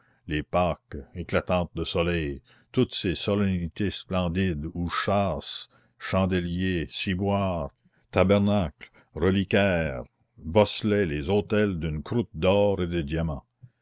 les pâques éclatantes de soleil toutes ces solennités splendides où châsses chandeliers ciboires tabernacles reliquaires bosselaient les autels d'une croûte d'or et de diamants